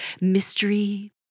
mystery